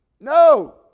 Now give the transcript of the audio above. No